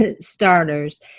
starters